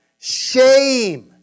shame